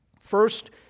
First